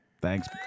Thanks